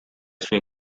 suoi